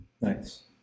Nice